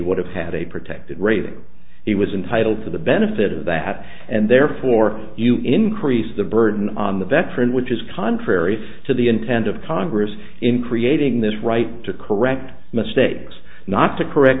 would have had a protected rating he was entitled to the benefit of that and therefore you increase the burden on the veteran which is contrary to the intent of congress in creating this right to correct mistakes not to correct